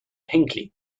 hinckley